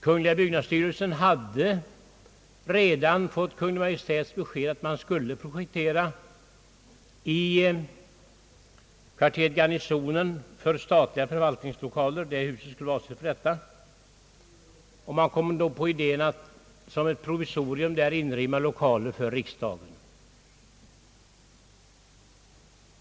Kungl. byggnadsstyrelsen har redan fått Kungl. Maj:ts uppdrag att projektera statliga förvaltningslokaler i kvarteret Garnisonen. Man kom då på idén att som ett provisorium där inrymma lokaler för riksdagen.